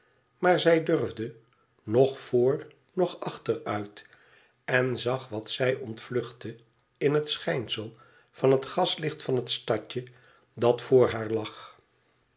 maar zij durfde noch vr noch achteruit en zag wat zij ontvluchtte in het schijnsel van het gaslicht van het stadje dat voor haar la